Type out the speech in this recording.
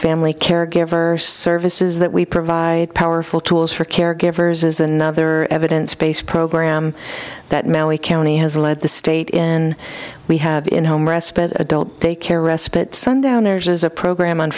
family caregivers services that we provide powerful tools for caregivers is another evidence based program that maui county has led the state in we have in home respite adult day care respite sundowners as a program on